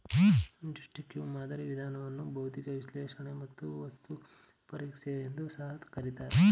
destructive ಮಾದರಿ ವಿಧಾನವನ್ನು ಬೌದ್ಧಿಕ ವಿಶ್ಲೇಷಣೆ ಮತ್ತು ವಸ್ತು ಪರೀಕ್ಷೆ ಎಂದು ಸಹ ಕರಿತಾರೆ